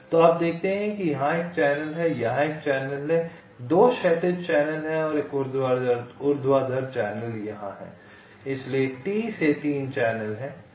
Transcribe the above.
तो आप देखते हैं कि यहां एक चैनल है यहां एक चैनल है 2 क्षैतिज चैनल हैं और एक ऊर्ध्वाधर चैनल यहां है इसलिए T से 3 चैनल हैं